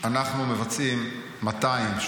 אנחנו מבצעים 200,